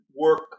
work